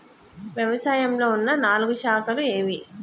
వ్యవసాయంలో ఉన్న నాలుగు శాఖలు ఏవి?